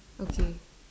okay